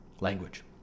Language